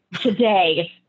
today